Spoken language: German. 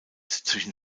zwischen